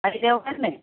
ఐదు ఇవ్వకండి